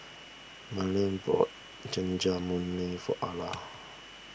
Mylie bought Jajangmyeon for Ala